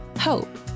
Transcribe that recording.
hope